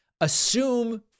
Assume